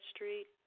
Street